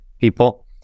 people